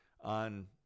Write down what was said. On